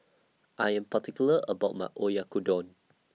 I Am particular about My Oyakodon